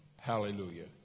Hallelujah